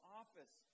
office